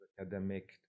academic